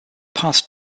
past